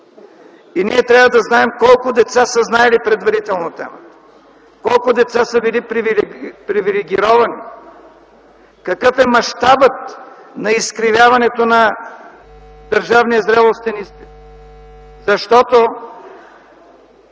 и ние трябва да знаем колко деца са знаели предварително темата, колко деца са били привилегировани, какъв е мащабът на изкривяването на държавния зрелостен изпит, защото